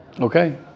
Okay